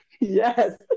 Yes